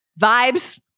vibes